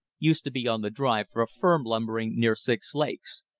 used to be on the drive for a firm lumbering near six lakes.